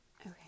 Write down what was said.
Okay